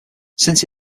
since